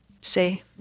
Say